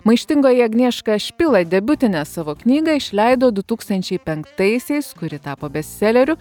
maištingoji agnieška špila debiutinę savo knygą išleido du tūkstančiai penktaisiais kuri tapo bestseleriu